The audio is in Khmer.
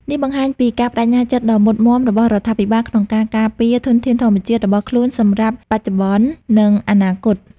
នេះបង្ហាញពីការប្តេជ្ញាចិត្តដ៏មុតមាំរបស់រដ្ឋាភិបាលក្នុងការការពារធនធានធម្មជាតិរបស់ខ្លួនសម្រាប់បច្ចុប្បន្ន និងអនាគត។